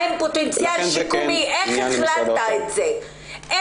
לכן זה כן עניין של משרד האוצר.